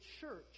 church